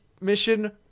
mission